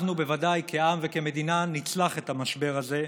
אנחנו בוודאי כעם וכמדינה נצלח את המשבר הזה.